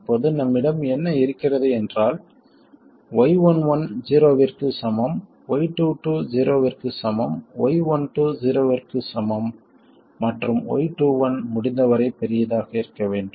இப்போது நம்மிடம் என்ன இருக்கிறது என்றால் y11 ஸிரோவிற்கு சமம் y22 ஸிரோவிற்கு சமம் y12 ஸிரோவிற்கு சமம் மற்றும் y21 முடிந்தவரை பெரியதாக இருக்க வேண்டும்